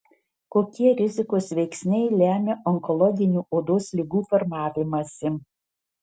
kokie rizikos veiksniai lemia onkologinių odos ligų formavimąsi